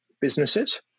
businesses